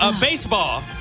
Baseball